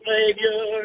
Savior